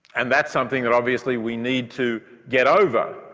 and that's something that obviously we need to get over.